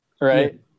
Right